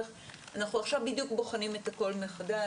אנחנו עכשיו בדיוק בוחנים את הכול מחדש.